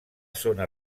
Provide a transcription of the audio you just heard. zona